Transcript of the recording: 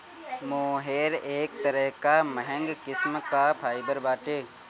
मोहेर एक तरह कअ महंग किस्म कअ फाइबर बाटे